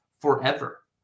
forever